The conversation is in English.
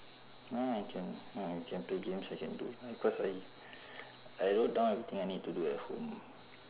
no I can I can play games I can do cause I I wrote down everything I need to do at home